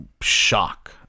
shock